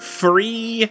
free